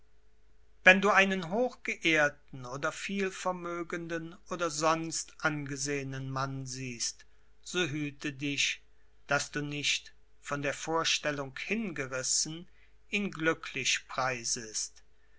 wenn du einen hochgeehrten oder vielvermögenden oder sonst angesehenen mann siehst so hüte dich daß du nicht von der vorstellung hingerissen ihn glücklich preisest